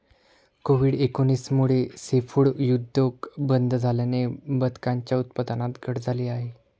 Covid एकोणीस मुळे seafood उद्योग बंद झाल्याने बदकांच्या उत्पादनात घट झाली आहे